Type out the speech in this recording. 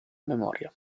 memoria